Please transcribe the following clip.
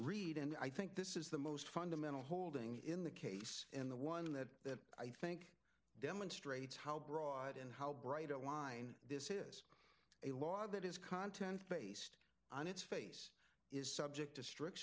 read and i think this is the most fundamental holding in the case in the one that i think demonstrates how broad and how bright a line this is a law that is content based on its face is subject to strict